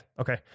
okay